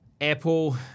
Apple